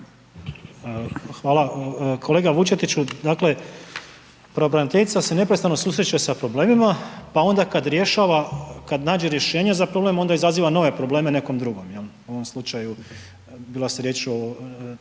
Hvala. Kolega Vučetiću, dakle pravobraniteljica se neprestano susreće sa problemima, pa onda kada nađe rješenje za problem onda izaziva nove probleme nekom drugom, u ovom slučaju bilo je riječ o